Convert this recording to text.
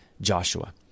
Joshua